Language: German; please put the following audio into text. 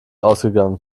ausgegangen